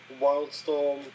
Wildstorm